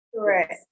Correct